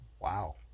Wow